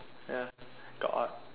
ya got what